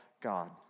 God